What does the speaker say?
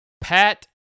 Pat